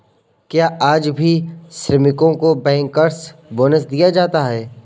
क्या आज भी श्रमिकों को बैंकर्स बोनस दिया जाता है?